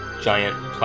giant